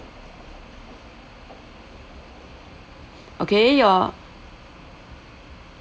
okay your